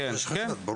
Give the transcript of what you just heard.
כשיש חשד.